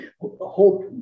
hope